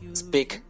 speak